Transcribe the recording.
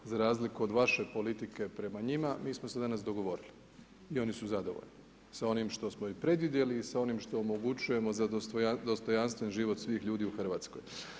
Za razliku od vaše politike prema njima mi smo se danas dogovorili i oni su zadovoljni sa onim što smo i predvidjeli i s onim što omogućujemo za dostojanstven život svih ljudi u Hrvatskoj.